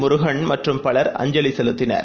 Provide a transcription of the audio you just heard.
முருகன் மற்றும் பலர் அஞ்சலிசெலுத்தினர்